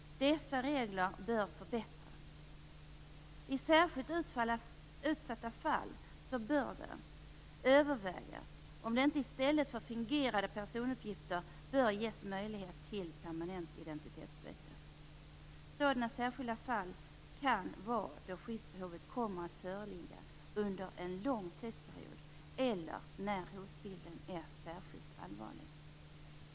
Dessa regler bör förbättras. I särskilt utsatta fall bör det övervägas om det inte i stället för fingerade personuppgifter bör ges möjlighet till permanent identitetsbyte. Sådana särskilda fall kan vara då skyddsbehovet kommer att föreligga under en lång tidsperiod eller när hotbilden är särskilt allvarlig.